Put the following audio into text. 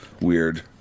weird